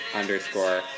underscore